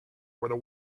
where